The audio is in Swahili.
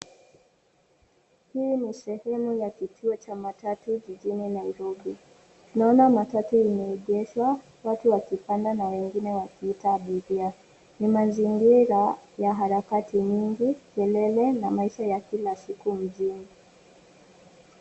Hii ni sehemu la kituo cha matatu jijini Nairobi. Tunaona matatu imeegeshwa, watu wakipanda na wengine wakiita abiria. Ni mazingira ya harakati nyingi, kelele, na maisha ya kila siku mjini.